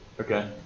okay